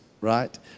right